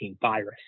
virus